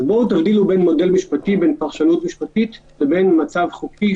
בהקשר של התקנות המיוחדות של מצב חירום,